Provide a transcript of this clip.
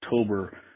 october